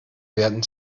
werden